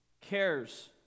cares